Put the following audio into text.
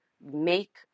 make